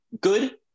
good